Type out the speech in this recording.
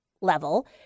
level